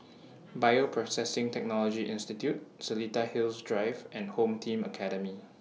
Bioprocessing Technology Institute Seletar Hills Drive and Home Team Academy